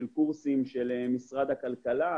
של קורסים של משרד הכלכלה,